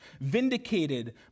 vindicated